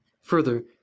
Further